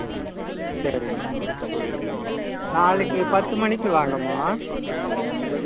ஆ சரிங்கம்மா நாளைக்கு பத்து மணிக்கு வாங்கம்மா ம்